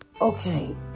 Okay